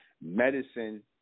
medicine